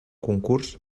concurs